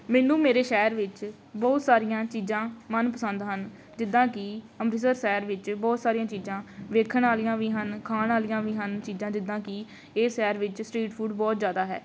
ਮੈਨੂੰ ਮੇਰੇ ਸ਼ਹਿਰ ਵਿੱਚ ਬਹੁਤ ਸਾਰੀਆਂ ਚੀਜ਼ਾਂ ਮਨਪਸੰਦ ਹਨ ਜਿੱਦਾਂ ਕਿ ਅੰਮ੍ਰਿਤਸਰ ਸ਼ਹਿਰ ਵਿੱਚ ਬਹੁਤ ਸਾਰੀਆਂ ਚੀਜ਼ਾਂ ਵੇਖਣ ਵਾਲੀਆਂ ਵੀ ਹਨ ਖਾਣ ਵਾਲੀਆਂ ਵੀ ਹਨ ਚੀਜ਼ਾਂ ਜਿੱਦਾਂ ਕਿ ਇਹ ਸ਼ਹਿਰ ਵਿੱਚ ਸਟਰੀਟ ਫੂਡ ਬਹੁਤ ਜ਼ਿਆਦਾ ਹੈ